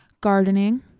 gardening